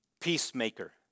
peacemaker